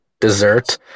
dessert